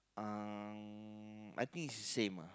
uh I think it's the same ah